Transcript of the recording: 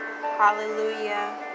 Hallelujah